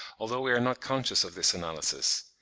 although we are not conscious of this analysis.